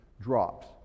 drops